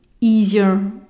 easier